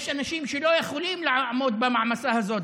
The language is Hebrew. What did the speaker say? יש אנשים שלא יכולים לעמוד במעמסה הזאת.